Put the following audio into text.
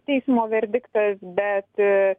teismo verdiktas bet